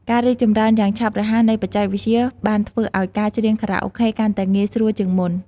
ការរីកចម្រើនយ៉ាងឆាប់រហ័សនៃបច្ចេកវិទ្យា បានធ្វើឱ្យការច្រៀងខារ៉ាអូខេកាន់តែងាយស្រួលជាងមុន។